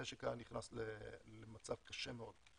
המשק היה נכנס למצב קשה מאוד.